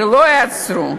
שלא יעצרו,